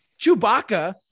Chewbacca